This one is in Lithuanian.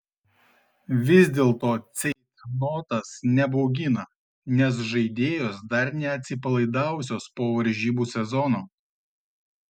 vis dėlto ceitnotas nebaugina nes žaidėjos dar neatsipalaidavusios po varžybų sezono